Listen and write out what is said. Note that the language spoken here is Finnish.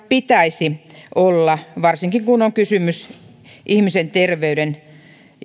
pitäisi olla varsinkin kun on kysymys ihmisen terveyden